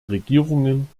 regierungen